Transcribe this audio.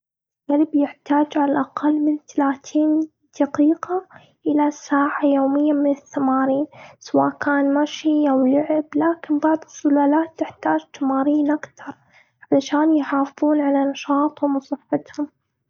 الكلب يحتاج على الأقل من تلاتين دقيقة إلى ساعة يومياً من التمارين، سواء كان مشي أو لعب. لكن بعض السلالات تحتاج تمارين أكتر علشان يحافظون على نشاطهم وصحتهم.